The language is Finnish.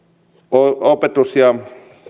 opetus ja